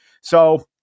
So-